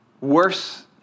worse